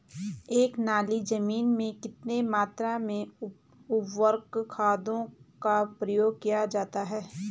एक नाली जमीन में कितनी मात्रा में उर्वरक खादों का प्रयोग किया जाता है?